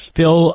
Phil